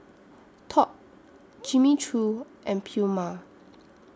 Top Jimmy Choo and Puma